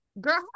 girl